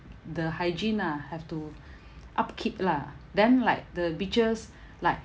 the hygiene ah have to upkeep lah then like the beaches like